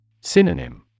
Synonym